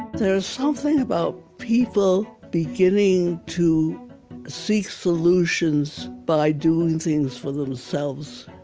there's something about people beginning to seek solutions by doing things for themselves